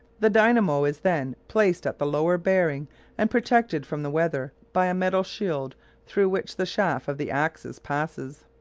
the dynamo is then placed at the lower bearing and protected from the weather by a metal shield through which the shaft of the axis passes.